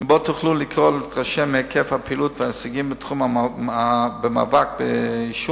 ובו תוכלו לקרוא ולהתרשם מהיקף הפעילות וההישגים בתחום המאבק בעישון,